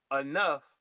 enough